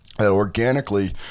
organically